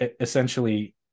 essentially